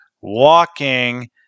walking